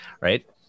Right